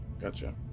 Gotcha